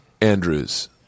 Andrews